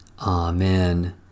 Amen